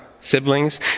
siblings